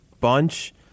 Bunch